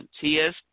Tia's